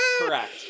correct